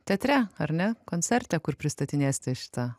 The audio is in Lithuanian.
teatre ar ne koncerte kur pristatinėsite šitą